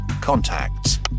contacts